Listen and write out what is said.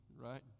right